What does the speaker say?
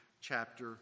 chapter